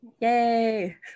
Yay